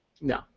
No